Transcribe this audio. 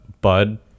Bud